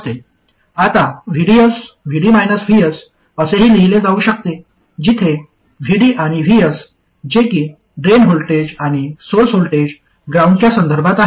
आता VDS VD VS असेही लिहिले जाऊ शकते जिथे VD आणि VS जेकी ड्रेन व्होल्टेज आणि सोर्स व्होल्टेज ग्राउंडच्या संदर्भात आहेत